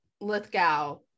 Lithgow